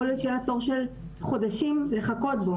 יכול להיות שיהיה לה תור של חודשים לחכות אליו.